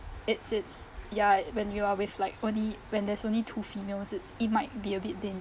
it's it's ya when you are with like only when there's only two females it's it might be a bit dangerous